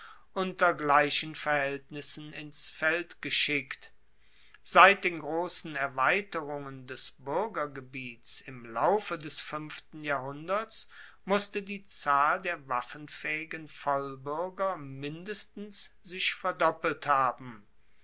unter gleichen verhaeltnissen ins feld geschickt seit den grossen erweiterungen des buergergebiets im laufe des fuenften jahrhunderts musste die zahl der waffenfaehigen vollbuerger mindestens sich verdoppelt haben